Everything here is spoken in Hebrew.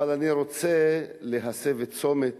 אבל אני רוצה להסב את תשומת